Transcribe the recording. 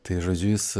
tai žodžiu jis